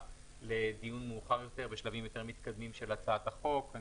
לדיון מאוחר יותר בשלבים מתקדמים יותר של הצעת החוק.